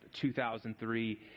2003